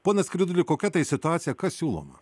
ponas skridulį kokia tai situacija kas siūloma